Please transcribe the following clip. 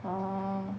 orh